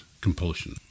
compulsion